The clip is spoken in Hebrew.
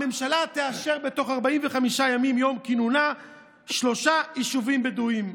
הממשלה תאשר בתוך 45 ימים מיום כינונה שלושה יישובים בדואיים.